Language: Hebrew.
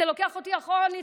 זה לוקח אותי אחורנית,